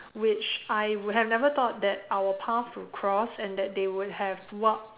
which I would have never thought that our path would cross and that they would have worked